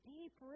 Deep